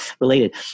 related